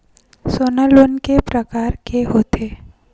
सोना लोन के प्रकार के होथे?